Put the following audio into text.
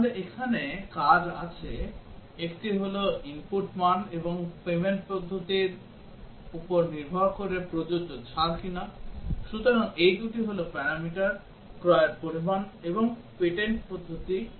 তাহলে এখানে কাজ আছে একটি হল input মান এবং পেমেন্ট পদ্ধতির উপর নির্ভর করে প্রযোজ্য ছাড় কি সুতরাং এই দুটি হল প্যারামিটার ক্রয়ের পরিমাণ এবং পেমেন্ট পদ্ধতি কি